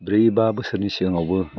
ब्रै बा बोसोरनि सिगाङावबो